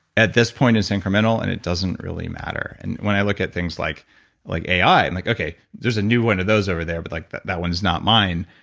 at this point it's incremental, and it doesn't really matter. and when i look at things like like ai, i'm and like, okay, there's a new one of those over there but like that that one's not mine.